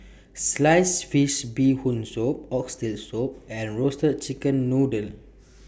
Sliced Fish Bee Hoon Soup Oxtail Soup and Roasted Chicken Noodle